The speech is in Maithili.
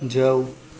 जाउ